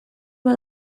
bat